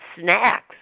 Snacks